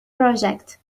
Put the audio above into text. project